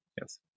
Yes